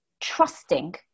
trusting